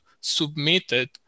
submitted